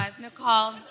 Nicole